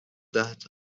that